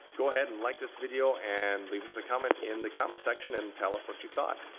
go ahead and like this video, and leave us a comment in the comment section, and tell us what you thought.